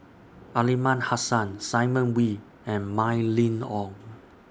Aliman Hassan Simon Wee and Mylene Ong